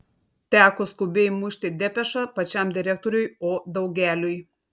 teko skubiai mušti depešą pačiam direktoriui o daugeliui